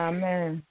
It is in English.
Amen